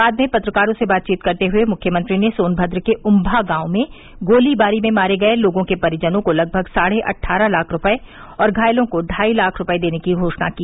बाद में पत्रकारों से बातचीत करते हुये मुख्यमंत्री ने सोनभद्र के उम्मा गांव में गोलीबारी में मारे गये लोगों के परिजनों को लगभग साढ़े अट्ठारह लाख रूपये और घायलों को ढाई लाख रूपये देने की घोषणा की